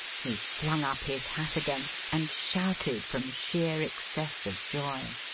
he flung up his hat again and shouted from sheer excess of joy,